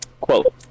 Quote